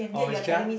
or is just